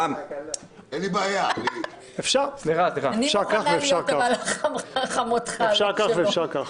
אפשר כך ואפשר כך.